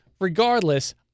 regardless